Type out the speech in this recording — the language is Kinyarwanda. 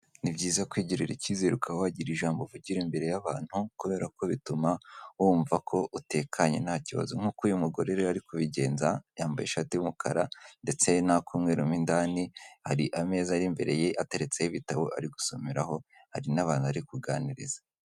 Ni byiza kwigirira icyizere ukaba wagira ijambo uvugira imbere y'abantu kubera ko bituma wumva ko utekanye nta kibazo nk'uko uyu mugore rero ari kubigenza, yambaye ishati y'umukara ndetse n'akumweru mo indani, hari ameza ari imbere ye ateretseho ibitabo ari gusomeraho, hari n'abandi ari kuganiriza.